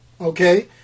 Okay